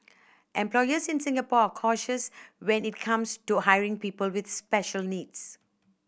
employers in Singapore are cautious when it comes to hiring people with special needs